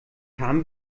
haben